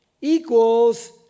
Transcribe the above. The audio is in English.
equals